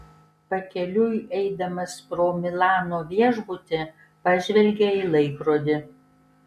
pakeliui eidamas pro milano viešbutį pažvelgė į laikrodį